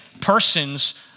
persons